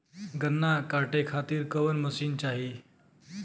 गन्ना कांटेके खातीर कवन मशीन चाही?